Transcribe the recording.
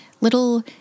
little